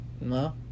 no